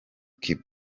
cuba